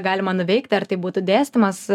galima nuveikti ar tai būtų dėstymas